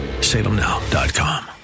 Salemnow.com